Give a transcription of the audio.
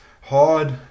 hard